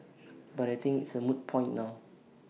but I think it's A moot point now